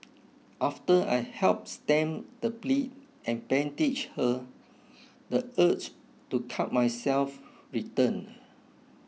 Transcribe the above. after I helped stem the bleed and bandaged her the urge to cut myself returned